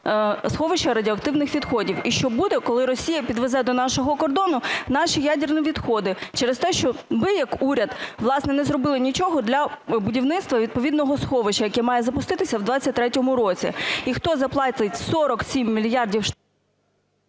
сховища радіоактивних відходів? І що буде, коли Росія підвезе до нашого кордону наші ядерні відходи через те, що ви як уряд, власне, не зробили нічого для будівництва відповідного сховища, яке має запуститися у 2023 році? І хто заплатить 47 мільярдів…